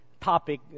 topic